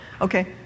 Okay